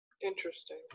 Interesting